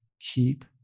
keep